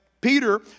Peter